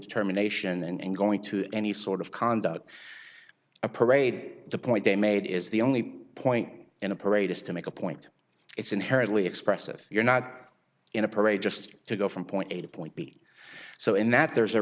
determination and going to any sort of conduct a parade the point they made is the only point in a parade is to make a point it's inherently expressive you're not in a parade just to go from point a to point b so in that there's a